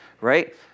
right